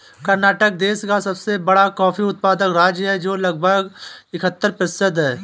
कर्नाटक देश का सबसे बड़ा कॉफी उत्पादन राज्य है, जो लगभग इकहत्तर प्रतिशत है